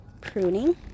pruning